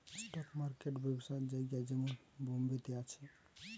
stock market ব্যবসার জায়গা যেমন বোম্বে তে আছে